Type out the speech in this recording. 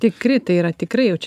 tikri tai yra tikrai jau čia